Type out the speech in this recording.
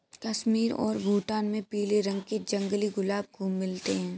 कश्मीर और भूटान में पीले रंग के जंगली गुलाब खूब मिलते हैं